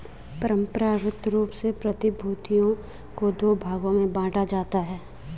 परंपरागत रूप से प्रतिभूतियों को दो भागों में बांटा जाता है